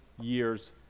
years